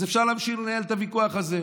אז אפשר להמשיך לנהל את הוויכוח הזה.